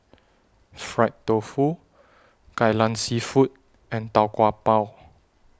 Fried Tofu Kai Lan Seafood and Tau Kwa Pau